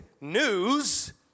news